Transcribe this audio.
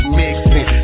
mixing